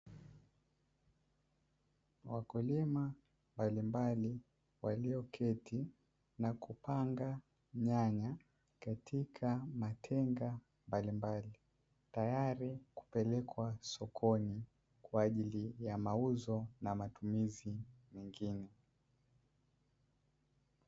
Wakulima mbalimbali walioketi na kupanga nyanya katika matenga mbalimbali, tayari kupelekwa sokoni kwa ajili ya mauzo na matumizi mengine.